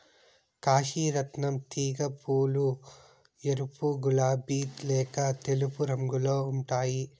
కాశీ రత్నం తీగ పూలు ఎరుపు, గులాబి లేక తెలుపు రంగులో ఉంటాయి